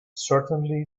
certainly